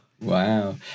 wow